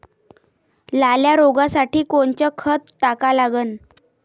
लाल्या रोगासाठी कोनचं खत टाका लागन?